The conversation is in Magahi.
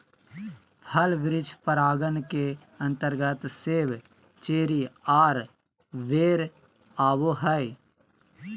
फल वृक्ष परागण के अंतर्गत सेब, चेरी आर बेर आवो हय